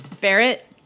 Barrett